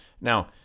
Now